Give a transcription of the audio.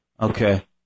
Okay